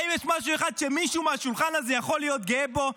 האם יש משהו אחד שמישהו מהשולחן הזה יכול להיות גאה בו?